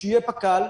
שיהיה פק"ל,